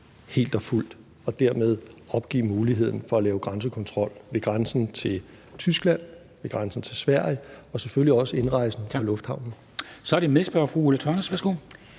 helt og fuldt og dermed opgive muligheden for at lave grænsekontrol ved grænsen til Tyskland, ved grænsen til Sverige og selvfølgelig også ved indrejse via lufthavnen. Kl. 13:48 Formanden (Henrik